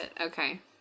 Okay